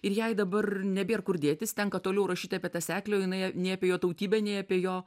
ir jai dabar nebėr kur dėtis tenka toliau rašyt apie tą seklį o jinai nei apie jo tautybę nei apie jo